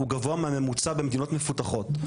הוא גבוה מהממוצע במדינות מפותחות,